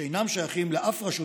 שאינם שייכים לאף רשות,